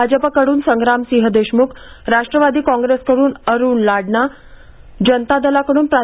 भाजपाकडून संग्रामसिंह देशमुख राष्ट्रवादी काँग्रेसकडून अरूण लाडना जनता दलाकडून प्रा